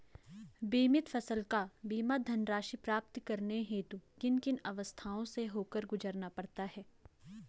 बीमित फसल का बीमा धनराशि प्राप्त करने हेतु किन किन अवस्थाओं से होकर गुजरना पड़ता है?